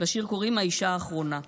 לשיר קוראים "האישה האחרונה":